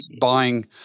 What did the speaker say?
buying